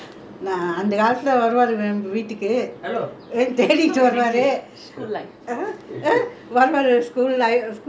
வருவாரு:varuvaaru school கு நா போறனாலே:ku naa poranaalae he will say okay I wait until she finished her O level then I come and propose